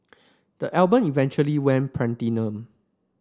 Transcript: the album eventually went platinum